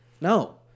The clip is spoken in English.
no